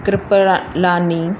Kripalani